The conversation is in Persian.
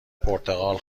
پرتقال